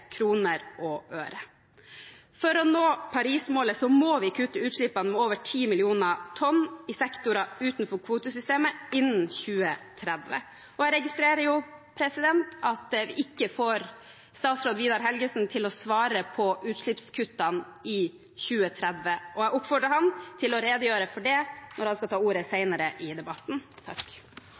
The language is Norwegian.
kroner og øre. For å nå Paris-målet må vi kutte utslippene med over 10 millioner tonn i sektorer utenfor kvotesystemet innen 2030. Jeg registrerer at vi ikke får statsråd Vidar Helgesen til å svare når det gjelder utslippskuttene i 2030, og jeg oppfordrer ham til å redegjøre for det når han skal ta ordet senere i debatten.